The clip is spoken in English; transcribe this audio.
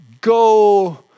go